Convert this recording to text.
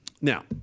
Now